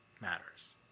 matters